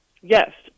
Yes